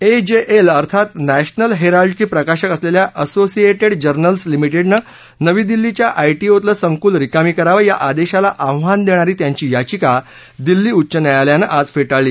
AJL अर्थात national हेराल्डची प्रकाशक असलेल्या असोसिएटेड जर्नल्स लिमिटेडनं नवी दिल्लीच्या आयटीओतलं संकुल रिकामी करावं या आदेशाला आव्हान देणारी त्यांची याचिका दिल्ली उच्च न्यायालयानं आज फेटाळली